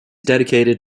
dedicated